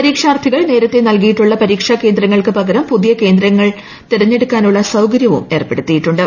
പരീക്ഷാർത്ഥികൾ നേരത്തെ നൽകിയിട്ടുള്ള പരീക്ഷാകേന്ദ്രങ്ങൾക്കു പകരം പുതിയ കേന്ദ്രങ്ങൾ തെരഞ്ഞെടുക്കാനുള്ള സൌകര്യവും ഏർപ്പെടുത്തിയിട്ടുണ്ട്